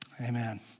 Amen